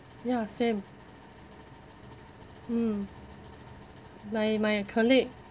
ya same mm my my colleague